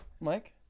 Mike